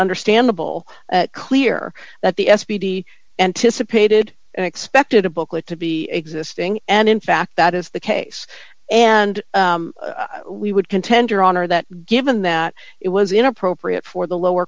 understandable clear that the s p d anticipated expected a booklet to be existing and in fact that is the case and we would contend your honor that given that it was inappropriate for the lower